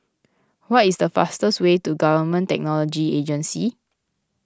what is the fastest way to Government Technology Agency